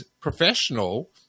professional